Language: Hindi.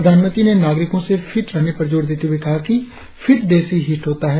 प्रधानमंत्री ने नागरिकों से फीट रहने पर जोर देते हुए कहा कि फीट देश ही हिट होता है